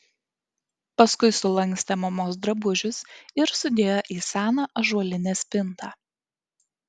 paskui sulankstė mamos drabužius ir sudėjo į seną ąžuolinę spintą